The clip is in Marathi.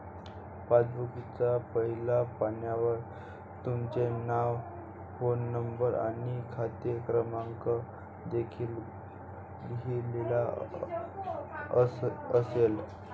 पासबुकच्या पहिल्या पानावर तुमचे नाव, फोन नंबर आणि खाते क्रमांक देखील लिहिलेला असेल